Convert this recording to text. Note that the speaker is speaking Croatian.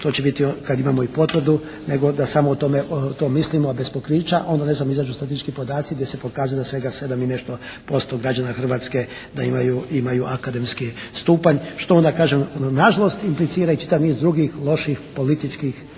to će biti kad imamo i potvrdu nego da samo o tome, o tom mislimo a bez pokrića. Onda ne znam izađu statistički podaci gdje se pokazuje da svega 7 i nešto posto građana Hrvatske da imaju, imaju akademski stupanj što onda kažem nažalost implicira i čitav niz drugih loših političkih